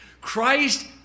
Christ